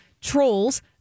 Trolls